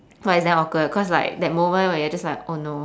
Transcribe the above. !wah! it's damn awkward cause like that moment where you're just like oh no